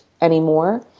anymore